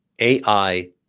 AI